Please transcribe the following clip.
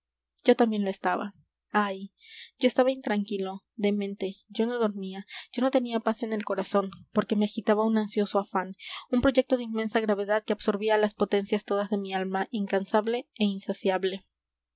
yo también lo estaba ay yo estaba intranquilo demente yo no dormía yo no tenía paz en el corazón porque me agitaba un ansioso afán un proyecto de inmensa gravedad que absorbía las potencias todas de mi alma incansable e insaciable